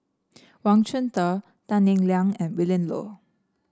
Wang Chunde Tan Eng Liang and Willin Low